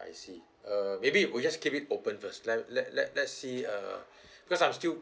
I see uh maybe we just keep it open first let let let let's see uh because I'm still